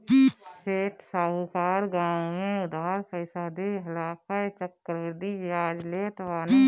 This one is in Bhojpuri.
सेठ साहूकार गांव में उधार पईसा देहला पअ चक्रवृद्धि बियाज लेत बाने